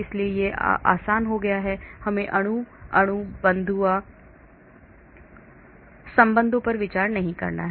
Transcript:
इसलिए यह आसान हो गया है हमें अणु अणु बंधुआ संबंधों पर विचार नहीं करना है